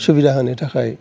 सुबिदा होनो थाखाय